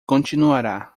continuará